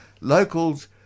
locals